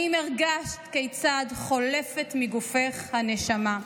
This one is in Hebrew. // האם הרגשת כיצד חולפת / מגופך הנשמה?"